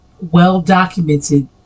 well-documented